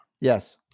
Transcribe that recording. Yes